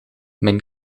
mijn